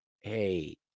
hey